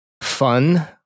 fun